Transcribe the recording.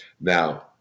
Now